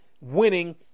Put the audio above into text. winning